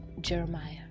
Jeremiah